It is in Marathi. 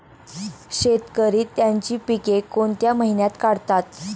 शेतकरी त्यांची पीके कोणत्या महिन्यात काढतात?